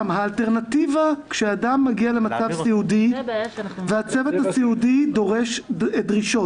האלטרנטיבה כשאדם מגיע למצב סיעודי והצוות הסיעודי דורש דרישות.